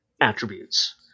attributes